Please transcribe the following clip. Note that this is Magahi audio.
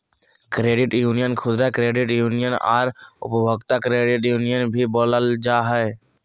क्रेडिट यूनियन खुदरा क्रेडिट यूनियन आर उपभोक्ता क्रेडिट यूनियन भी बोलल जा हइ